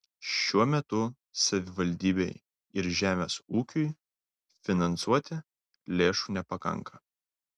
šiuo metu savivaldybei ir žemės ūkiui finansuoti lėšų nepakanka